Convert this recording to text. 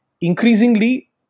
Increasingly